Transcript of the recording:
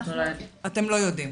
אתם לא יודעים.